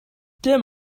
dim